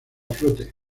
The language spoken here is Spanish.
flote